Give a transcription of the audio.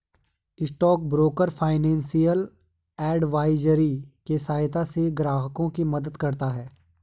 stock broker financial advisory के सहायता से ग्राहकों की मदद करता है